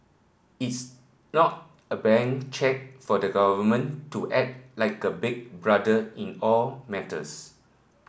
it's not a blank cheque for the government to act like a big brother in all matters